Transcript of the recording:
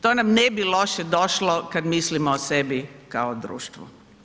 To nam ne bi loše došlo kad mislimo o sebi kao društvo.